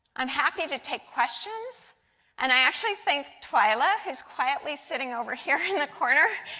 um happy to take questions and i actually think twyla was quietly sitting over here in the corner,